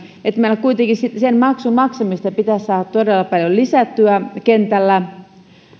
että meillä kuitenkin sen maksun maksamista pitäisi saada todella paljon lisättyä kentällä